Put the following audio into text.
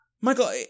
Michael